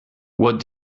what